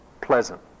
pleasant